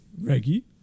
Reggie